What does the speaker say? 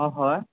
অ' হয়